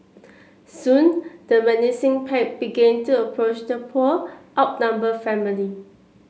soon the menacing pack began to approach the poor outnumbered family